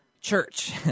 church